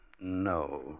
no